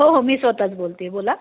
हो हो मी स्वत च बोलते आहे बोला